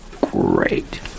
great